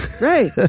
Right